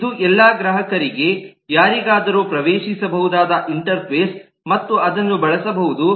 ಇದು ಎಲ್ಲಾ ಗ್ರಾಹಕರಿಗೆ ಯಾರಿಗಾದರೂ ಪ್ರವೇಶಿಸಬಹುದಾದ ಇಂಟರ್ಫೇಸ್ ಮತ್ತು ಅದನ್ನು ಬಳಸಬಹುದು